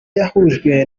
yahujwe